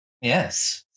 Yes